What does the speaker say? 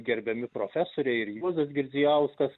gerbiami profesoriai ir juozas girdzijauskas